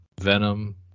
Venom